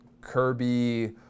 Kirby